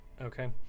Okay